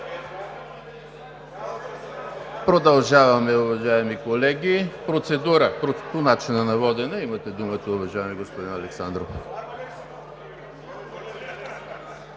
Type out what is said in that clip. Продължаваме, уважаеми колеги. Процедура по начина на водене – имате думата, уважаеми господин Александров.